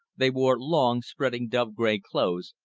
they wore long, spreading dove-gray clothes,